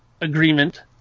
agreement